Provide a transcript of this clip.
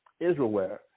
Israelware